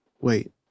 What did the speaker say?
Wait